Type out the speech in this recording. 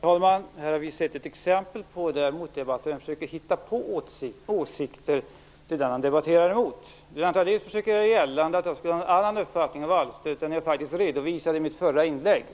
Herr talman! Här i debatten har vi nu sett ett exempel på hur en debattör försöker att hitta på åsikter hos sin motdebattör. Lennart Daléus försöker göra gällande att jag skulle ha en annan uppfattning om vallstödet än den jag faktiskt redovisade i mitt förra inlägg.